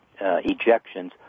ejections